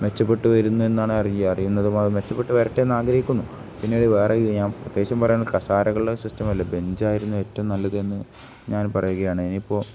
മെച്ചപ്പെട്ട് വരുന്നെന്നാണ് അറിയ അറിയുന്നത് മെച്ചപ്പെട്ട് വരട്ടെ എന്ന് ആഗ്രഹിക്കുന്നു പിന്നീട് വേറെ ഞാൻ പ്രത്യേകം പറയാനുള്ളത് കസേരകളുള്ള സിസ്റ്റമല്ല ബെഞ്ചായിരുന്നു ഏറ്റവും നല്ലത് എന്ന് ഞാൻ പറയുകയാണ് ഇനിയിപ്പോൾ